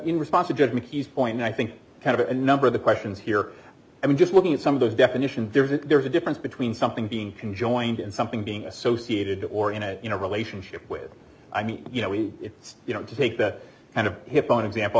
in response a good mckee's point i think kind of a number of the questions here i mean just looking at some of those definitions there's a there's a difference between something being can join and something being associated or in a you know relationship with i mean you know we it's you know to take that kind of hip own example